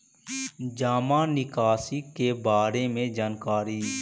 जामा निकासी के बारे में जानकारी?